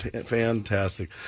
Fantastic